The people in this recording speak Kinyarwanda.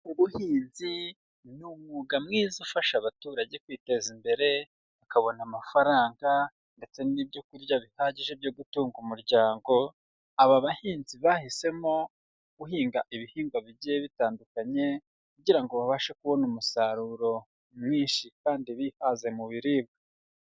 Ubuhinzi ni umwuga mwiza ufasha abaturage kwiteza imbere bakabona amafaranga ndetse n'ibyo kurya bihagije byo gutunga umuryango, aba bahinzi bahisemo guhinga ibihingwa bigiye bitandukanye kugira ngo babashe kubona umusaruro mwinshi kandi bihaze mu biribwa.